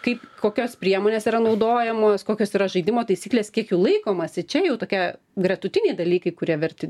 kaip kokios priemonės yra naudojamos kokios yra žaidimo taisyklės kiek jų laikomasi čia jau tokia gretutiniai dalykai kurie verti